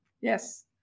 Yes